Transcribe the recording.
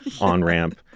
on-ramp